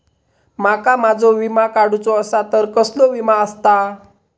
माका माझो विमा काडुचो असा तर कसलो विमा आस्ता?